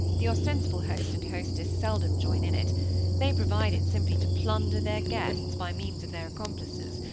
the ostensible host and hostess seldom join in it they provide it simply to plunder their guests, by means of their accomplices,